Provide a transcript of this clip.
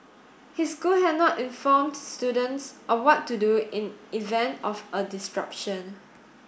his school had not informed students of what to do in event of a disruption